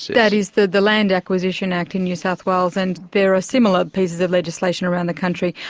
that is the the land acquisition act in new south wales, and there are similar pieces of legislation around the country,